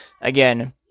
again